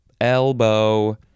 elbow